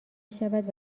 شود